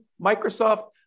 Microsoft